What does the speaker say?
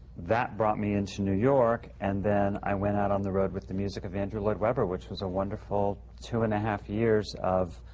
that brought me into new york, and then i went out on the road with the music of andrew lloyd webber, which was a wonderful two and a half years of,